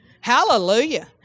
Hallelujah